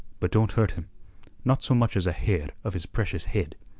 but don't hurt him not so much as a hair of his precious head.